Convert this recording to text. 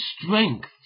strength